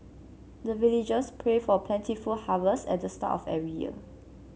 the villagers pray for plentiful harvest at the start of every year